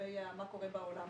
קורה בעולם.